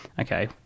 okay